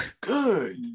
good